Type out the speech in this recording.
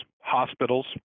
hospitals